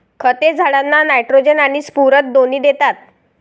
खते झाडांना नायट्रोजन आणि स्फुरद दोन्ही देतात